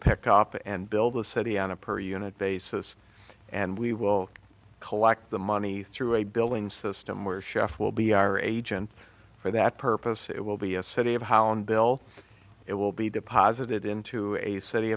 pick up and build the city on a per unit basis and we will collect the money through a billing system where chef will be our agent for that purpose it will be a city of holland bill it will be deposited into a city